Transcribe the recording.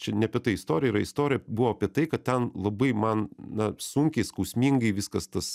čia ne apie tai istorija yra istorija buvo apie tai kad ten labai man na sunkiai skausmingai viskas tas